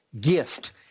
gift